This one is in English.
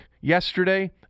yesterday